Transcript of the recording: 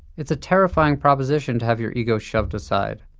it's a terrifying proposition to have your ego shoved aside,